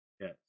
yes